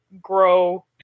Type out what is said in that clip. grow